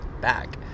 back